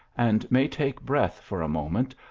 and may take breath for a moment,